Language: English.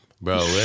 Bro